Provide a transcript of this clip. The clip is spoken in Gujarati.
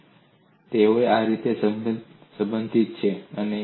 તેથી તેઓ આ રીતે સંબંધિત છે